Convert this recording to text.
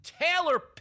Taylor